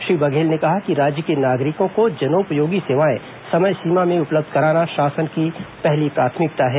श्री बघेल ने कहा कि राज्य के नागरिकों को जनोपयोगी सेवाएं समय सीमा में उपलब्ध कराना शासन की पहली प्राथमिकता है